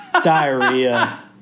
diarrhea